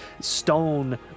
stone